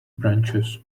branches